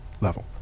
level